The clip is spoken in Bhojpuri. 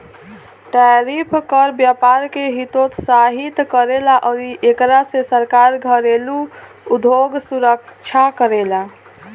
टैरिफ कर व्यपार के हतोत्साहित करेला अउरी एकरा से सरकार घरेलु उधोग सुरक्षा करेला